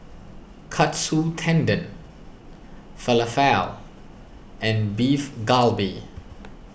Katsu Tendon Falafel and Beef Galbi